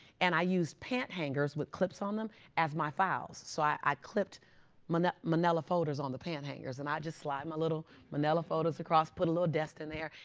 and i used pant hangers with clips on them as my files. so i clipped manila manila folders on the pant hangers. and i'd just slide my little manila folders across. put a little desk in there.